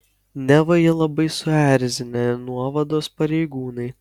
neva jį labai suerzinę nuovados pareigūnai